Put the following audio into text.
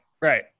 right